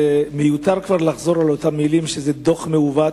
מיותר כבר לחזור על המלים שזה דוח מעוות,